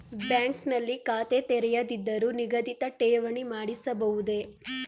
Bank ನಲ್ಲಿ ಖಾತೆ ತೆರೆಯದಿದ್ದರೂ ನಿಗದಿತ ಠೇವಣಿ ಮಾಡಿಸಬಹುದೇ?